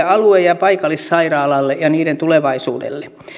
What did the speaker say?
alue ja paikallissairaalalle ja niiden tulevaisuudelle